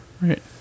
Right